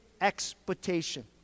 expectation